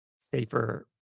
Safer